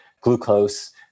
glucose